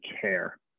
care